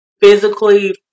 physically